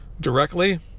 directly